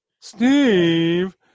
Steve